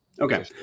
okay